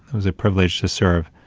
it was a privilege to serve,